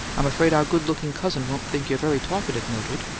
i'm afraid our good-looking cousin won't think you're very talkative, mildred.